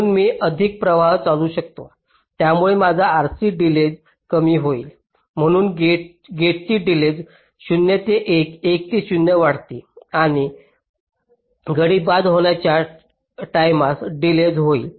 म्हणून मी अधिक प्रवाह चालवू शकतो त्यामुळे माझा RC डिलेज कमी होईल म्हणून गेटची डिलेज 0 ते 1 1 ते 0 वाढती आणि गडी बाद होण्याच्या टाईमस डिलेज होईल